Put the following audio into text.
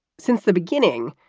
since the beginning,